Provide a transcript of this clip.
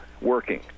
working